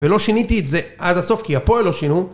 ולא שיניתי את זה עד הסוף כי הפועל לא שינו